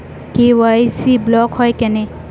KYC block হয় কেনে?